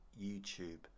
YouTube